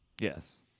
Yes